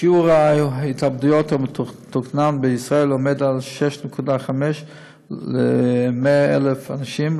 שיעור ההתאבדויות המתוקנן בישראל עומד על 6.5 ל-100,000 אנשים,